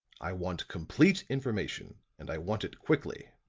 i want complete information, and i want it quickly.